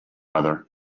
other